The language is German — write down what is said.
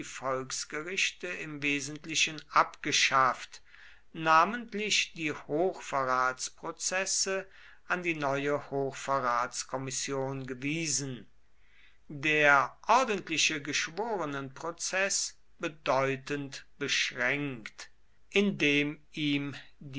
volksgerichte im wesentlichen abgeschafft namentlich die hochverratsprozesse an die neue hochverratskommission gewiesen der ordentliche geschworenenprozeß bedeutend beschränkt indem ihm